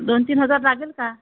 दोन तीन हजार लागेल का